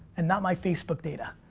and not my facebook data.